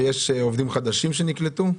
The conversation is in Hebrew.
בכסף הזה יש עובדים חדשים שנקלטו?